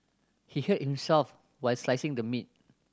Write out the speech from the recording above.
he hurt himself while slicing the meat